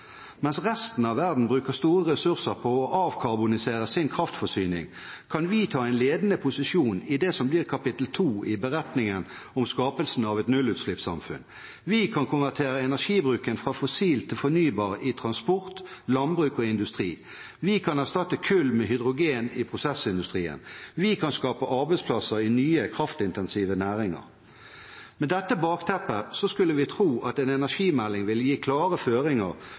Mens resten av verden bruker store ressurser på å avkarbonisere sin kraftforsyning, kan vi ta en ledende posisjon i det som blir kapittel to i beretningen om skapelsen av et nullutslippssamfunn. Vi kan konvertere energibruken fra fossil til fornybar i transport, landbruk og industri. Vi kan erstatte kull med hydrogen i prosessindustrien. Vi kan skape arbeidsplasser i nye kraftintensive næringer. Med dette bakteppet skulle vi tro at en energimelding ville gi klare føringer